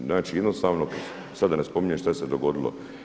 I znači jednostavno sada da ne spominjem šta se dogodilo.